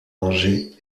angers